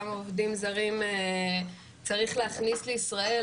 כמה עובדים זרים צריך להכניס לישראל,